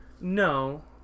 No